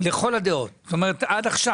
לכל הדעות עד עכשיו